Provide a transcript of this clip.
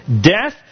Death